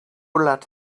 let